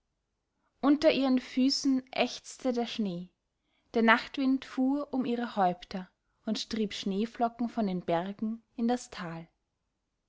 unter ihren füßen ächzte der schnee der nachtwind fuhr um ihre häupter und trieb schneeflocken von den bergen in das tal